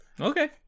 Okay